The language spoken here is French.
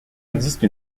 existe